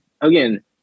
again